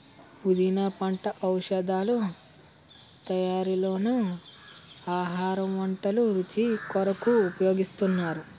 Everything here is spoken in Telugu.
పుదీనా పంట ఔషధాల తయారీలోనూ ఆహార వంటల రుచి కొరకు ఉపయోగిస్తున్నారు